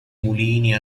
mulini